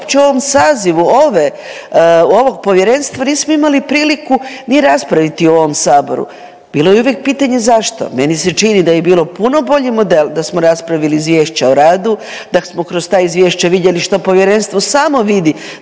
uopće u ovom sazivu ove, ovog Povjerenstva nismo imali priliku ni raspraviti u ovom Saboru, bilo je uvijek pitanje zašto. Meni se čini da bi bio puno bolji model da smo raspravili izvješća o radu, da smo kroz ta izvješća vidjeli što povjerenstvo samo vidi